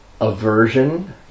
aversion